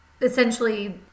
essentially